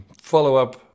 follow-up